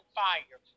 fire